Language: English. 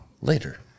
Later